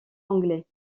anglais